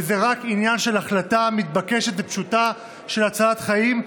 וזה רק עניין של החלטה מתבקשת ופשוטה של הצלת חיים,